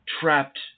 trapped